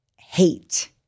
hate